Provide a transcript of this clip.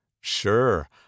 Sure